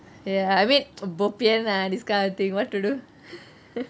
ya I mean uh bo pian lah this kind of thing what to do